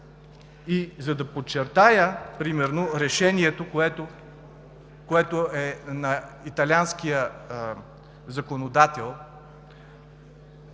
За да подчертая примерно решението, което е на италианския законодател,